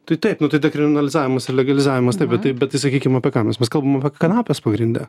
tai taip nu tai dekriminalizavimas ir legalizavimas taip bet tai bet tai sakykim apie ką mes mes kalbam apie kanapes pagrinde